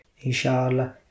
Inshallah